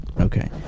Okay